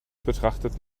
betrachtet